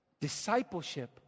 discipleship